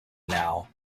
now